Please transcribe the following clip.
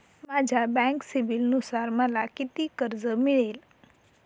माझ्या बँक सिबिलनुसार मला किती कर्ज मिळेल?